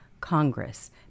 Congress